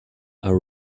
are